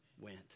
went